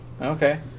Okay